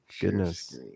goodness